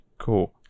cool